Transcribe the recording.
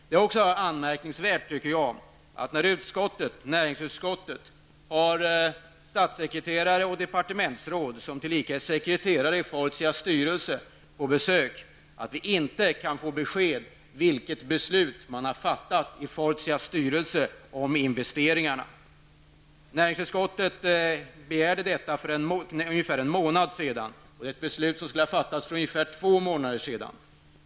Det är också anmärkningsvärt, tycker jag, att när näringsutskottet har statssekreterare och departementsråd, som tillika är sekreterare i Fortias styrelse, på besök kan vi inte få besked om vilka beslut som har fattats i Fortias styrelse om investeringarna. Näringsutskottet begärde detta för ungefär en månad sedan. Beslutet skulle ha fattats för ungefär 2 månader sedan.